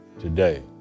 today